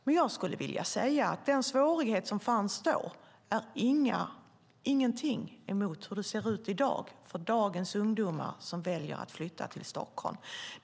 Men jag skulle vilja säga att den svårighet som var då är ingenting mot hur det ser ut i dag för ungdomar som väljer att flytta till Stockholm.